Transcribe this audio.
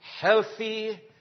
healthy